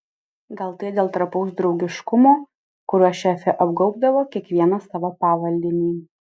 gal tai dėl trapaus draugiškumo kuriuo šefė apgaubdavo kiekvieną savo pavaldinį